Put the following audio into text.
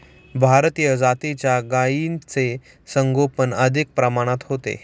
भारतीय जातीच्या गायींचे संगोपन अधिक प्रमाणात होते